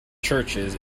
churches